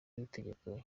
w’itegeko